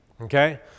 okay